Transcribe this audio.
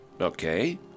Okay